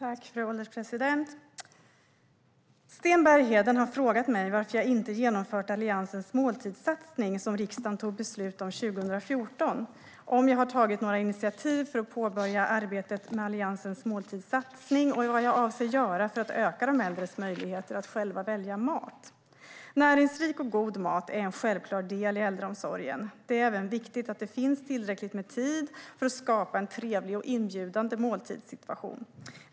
Fru ålderspresident! Sten Bergheden har frågat mig varför jag inte genomfört Alliansens måltidssatsning som riksdagen tog beslut om 2014, om jag har tagit några initiativ för att påbörja arbetet med Alliansens måltidssatsning och vad jag avser att göra för att öka de äldres möjligheter att själva välja mat. Näringsrik och god mat är en självklar del i äldreomsorgen. Det är även viktigt att det finns tillräckligt med tid för att skapa en trevlig och inbjudande måltidssituation.